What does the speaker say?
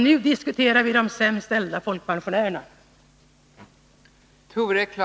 Nu diskuterar vi de sämst ställda folkpensionärerna.